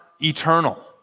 eternal